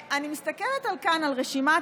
אני מסתכלת כאן על רשימת